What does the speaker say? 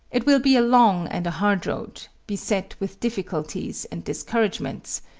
it will be a long and a hard road, beset with difficulties and discouragements,